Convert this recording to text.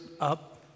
up